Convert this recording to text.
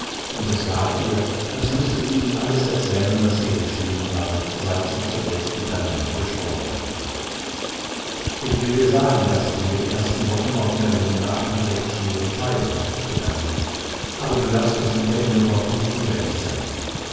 und es war ihr als müßte sie ihm alles erzählen was ihr geschehen war seit sie zuletzt miteinander gesprochen hatten ich will dir sagen daß ich in den ersten wochen auf närlunda eine recht schwere zeit hatte begann sie aber du darfst es mutter ingeborg nicht wiedererzählen